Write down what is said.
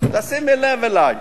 תשימי לב אלי.